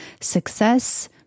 Success